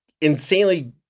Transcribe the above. insanely